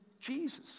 Jesus